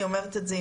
אני אומרת את זה,